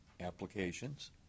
applications